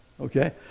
Okay